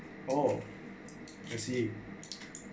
oh I see